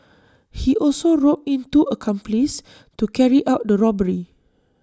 he also roped in two accomplices to carry out the robbery